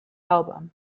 album